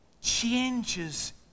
changes